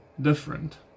different